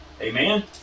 Amen